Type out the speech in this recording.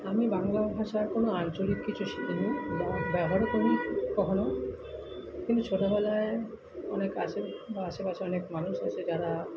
আমি বাংলা ভাষার কোনো আঞ্চলিক কিছু শিখিনি ব্যবহার ব্যবহারও করিনি কখনও কিন্তু ছোটবেলায় অনেক বা আশেপাশের অনেক মানুষ আসে যারা